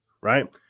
right